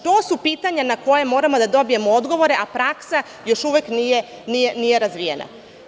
To su pitanja na koja moramo da dobijemo odgovore, a praksa još uvek nije razvijena.